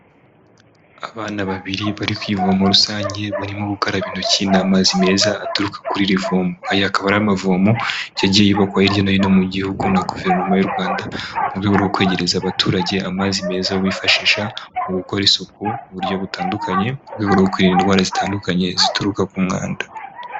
Abana babiri bari ku ivomo rusange barimo gukaraba intoki n'amazi meza aturuka kuri iryo vomo, aya akaba ari amavomo yagiye yubakwa hirya no hino mu gihugu na guverinoma y'u Rwanda, mu rwego rwo kwegereza abaturage amazi meza bifashisha mu gukora isuku mu buryo butandukanye, mu rwego rwo kwirinda indwara zitandukanye zituruka ku mwanda.